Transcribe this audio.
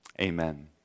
Amen